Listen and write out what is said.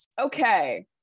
Okay